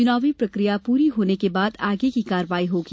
चुनाव प्रक्रिया पूरी होने के बाद आगे की कार्यवाही होगी